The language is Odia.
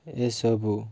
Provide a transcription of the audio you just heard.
ଏସବୁ